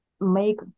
make